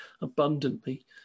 abundantly